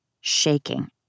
shaking